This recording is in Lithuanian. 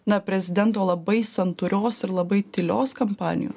na prezidento labai santūrios ir labai tylios kampanijos